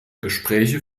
gespräche